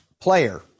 player